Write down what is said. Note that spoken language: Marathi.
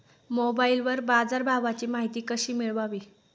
मोबाइलवर बाजारभावाची माहिती कशी मिळवावी?